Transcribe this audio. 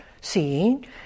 seeing